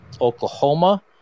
Oklahoma